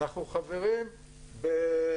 אנחנו חברים ב-OECD,